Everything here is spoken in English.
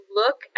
look